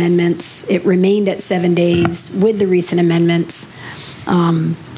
amendments it remained at seven day with the recent amendments